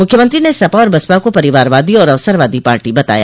मुख्यमंत्री ने सपा और बसपा को परिवारवादी और अवसरवादी पार्टी बताया